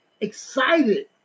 excited